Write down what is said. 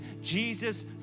Jesus